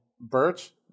Birch